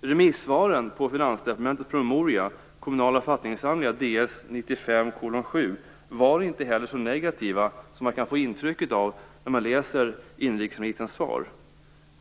Remissvaren på Finansdepartementets promemoria Kommunala författningssamlingar Ds 1995:7 var inte heller så negativa som man kan få intryck av när man läser inrikesministerns svar.